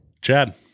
Chad